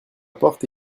porte